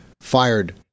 fired